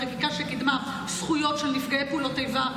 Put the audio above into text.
היא חקיקה שקידמה זכויות של נפגעי פעולות איבה,